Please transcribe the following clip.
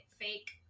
fake